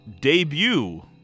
debut